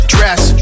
Dress